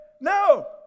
no